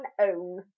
own